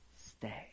stay